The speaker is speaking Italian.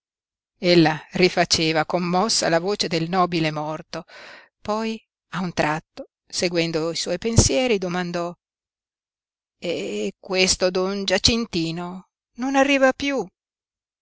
fata ella rifaceva commossa la voce del nobile morto poi a un tratto seguendo i suoi pensieri domandò e questo don giacintino non arriva piú